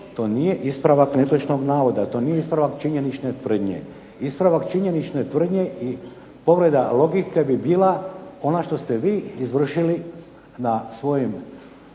To nije ispravak netočnog navoda, to nije ispravak činjenične tvrdnje. Ispravak činjenične tvrdnje i povreda logike bi bila ona što ste vi izvršili na svojim